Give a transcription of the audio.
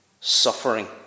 suffering